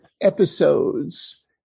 episodes